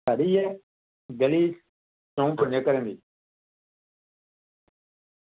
साढ़ी ऐ गली चं'ऊ पंजें घरें दी